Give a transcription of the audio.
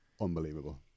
unbelievable